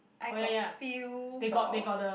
I got feel for